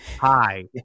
hi